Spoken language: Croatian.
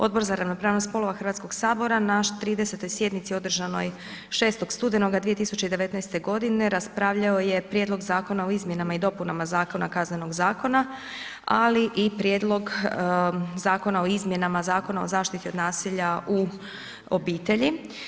Odbor za ravnopravnost spolova Hrvatskog sabora na 30. sjednici održanoj 6. studenoga 2019. godine raspravljao je Prijedlog zakona o izmjenama i dopunama Zakona kaznenog zakona, ali i Prijedlog zakona o izmjenama Zakona o zaštiti od nasilja u obitelji.